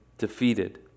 defeated